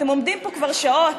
אתם עומדים פה כבר שעות.